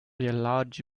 large